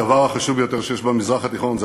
הדבר החשוב ביותר שיש במזרח התיכון זה